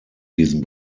diesen